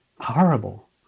horrible